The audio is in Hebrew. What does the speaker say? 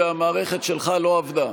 שהמערכת שלך לא עבדה.